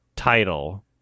title